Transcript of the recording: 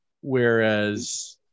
Whereas